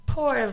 Poor